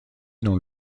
dans